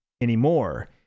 anymore